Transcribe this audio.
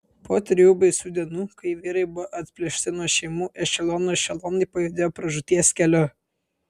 po trijų baisių dienų kai vyrai buvo atplėšti nuo šeimų ešelonų ešelonai pajudėjo pražūties keliu